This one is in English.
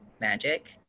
magic